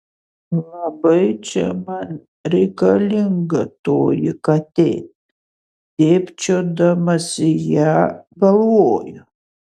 labai čia man reikalinga toji katė dėbčiodamas į ją galvoju